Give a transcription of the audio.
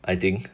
I think